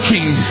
King